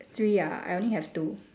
three ah I only have two